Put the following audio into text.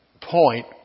point